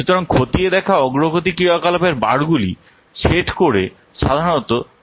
সুতরাং খতিয়ে দেখা অগ্রগতি ক্রিয়াকলাপের বারগুলি শেড করে সাধারণত চার্টে রেকর্ড করা হয়